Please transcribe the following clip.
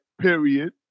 period